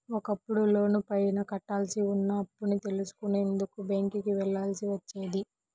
ఒకప్పుడు లోనుపైన కట్టాల్సి ఉన్న అప్పుని తెలుసుకునేందుకు బ్యేంకుకి వెళ్ళాల్సి వచ్చేది